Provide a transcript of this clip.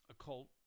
Occult